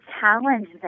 challenge